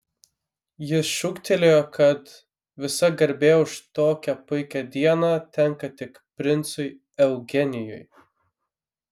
jis šūktelėjo kad visa garbė už tokią puikią dieną tenka tik princui eugenijui